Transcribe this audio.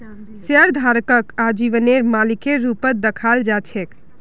शेयरधारकक आजीवनेर मालिकेर रूपत दखाल जा छेक